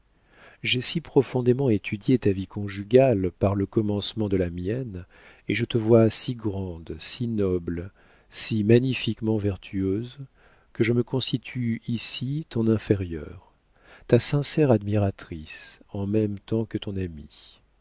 j'ai si profondément étudié ta vie conjugale par le commencement de la mienne et je te vois si grande si noble si magnifiquement vertueuse que je me constitue ici ton inférieure ta sincère admiratrice en même temps que ton amie